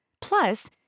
Plus